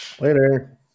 later